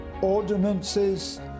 ordinances